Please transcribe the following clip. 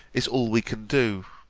is all we can do.